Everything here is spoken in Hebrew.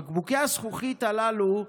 בקבוקי הזכוכית הללו,